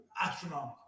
astronomical